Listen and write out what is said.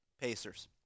Pacers